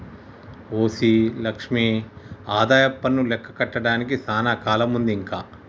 OC Lakshmi ఆదాయపన్ను లెక్క కట్టడానికి సానా కాలముందే ఇంక